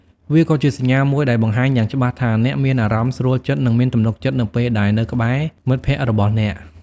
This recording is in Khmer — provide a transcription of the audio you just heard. វាក៏ជាសញ្ញាមួយដែលបង្ហាញយ៉ាងច្បាស់ថា អ្នកមានអារម្មណ៍ស្រួលចិត្តនិងមានទំនុកចិត្តនៅពេលដែលនៅក្បែរមិត្តភក្តិរបស់អ្នក។